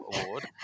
award